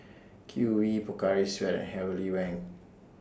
Q V Pocari Sweat and Heavenly Wang